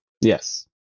Yes